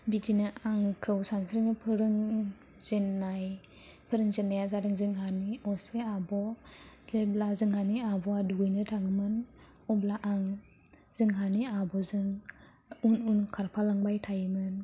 बिदिनो आंखौ सानस्रिनो फोरोंजेननाय फोरोंजेननायानो जादों जोंंहानि असे आब' जेब्ला जोंहानि आब'आ दुगैनो थाङोमोन अब्ला आं जोंहानि आब'जों उन उन खारफालांबाय थायोमोन